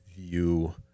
view